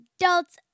adults